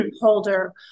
Holder